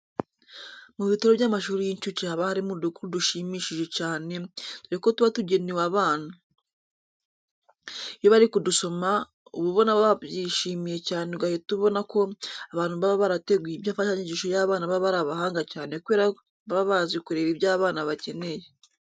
Mu bitabo by'amashuri y'incuke haba harimo udukuru dushimishije cyane, dore ko tuba tugenewe abana. Iyo bari kudusoma uba ubona babyishimiye cyane ugahita ubona ko abantu baba barateguye imfashanyigisho y'abana baba ari abahanga cyane kubera baba bazi kureba ibyo abana bakeneye.